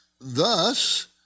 Thus